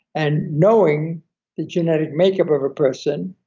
and knowing the genetic makeup of a person,